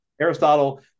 Aristotle